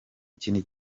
kindi